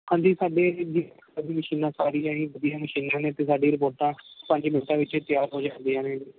ਹਾਂਜੀ ਸਾਡੇ ਮਸ਼ੀਨਾਂ ਸਾਰੀਆਂ ਹੀ ਵਧੀਆ ਮਸ਼ੀਨਾਂ ਨੇ ਅਤੇ ਸਾਡੀ ਰਿਪੋਰਟਾਂ ਪੰਜ ਮਿੰਟਾਂ ਵਿੱਚ ਤਿਆਰ ਹੋ ਜਾਂਦੀਆਂ ਨੇ ਜੀ